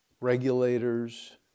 regulators